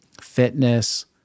fitness